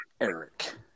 Eric